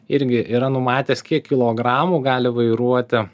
irgi yra numatęs kiek kilogramų gali vairuoti